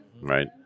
right